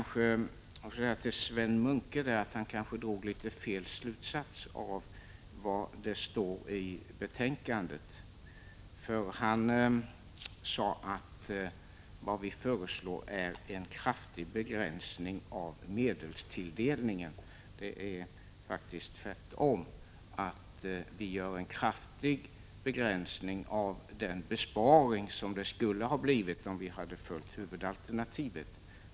Sven Munke drog kanske fel slutsats av det som står i betänkandet. Han sade att det vi föreslår är en kraftig begränsning av medelstilldelningen. Det är faktiskt tvärtom, vi gör en kraftig begränsning av den besparing som skulle ha blivit nödvändig om vi hade följt huvudalternativet.